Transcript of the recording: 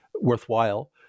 worthwhile